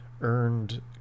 earned